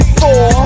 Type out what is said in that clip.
four